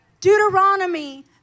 Deuteronomy